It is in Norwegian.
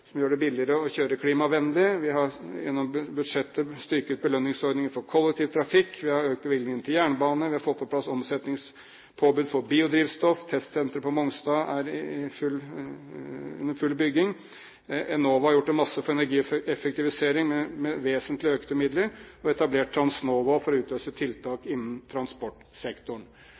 som gjør det billigere å kjøre klimavennlig. Vi har gjennom budsjettet styrket belønningsordningen for kollektivtrafikk. Vi har økt bevilgingene til jernbane. Vi har fått på plass omsetningspåbud for biodrivstoff. Testsenteret på Mongstad er under full bygging. Enova har gjort en masse for energieffektivisering med vesentlig økte midler og etablert Transnova for å utløse tiltak innen transportsektoren.